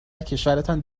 وکشورتان